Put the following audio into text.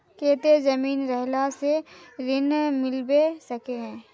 केते जमीन रहला से ऋण मिलबे सके है?